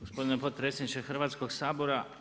Gospodine potpredsjedniče Hrvatskog sabora.